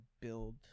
build